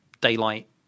daylight